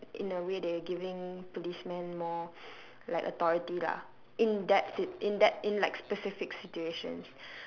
in a way they're giving policemen more like authority lah in that sit~ in that in like specific situations